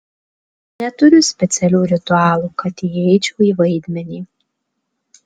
neturiu specialių ritualų kad įeičiau į vaidmenį